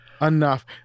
enough